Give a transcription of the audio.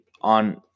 on